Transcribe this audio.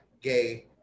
gay